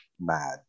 mad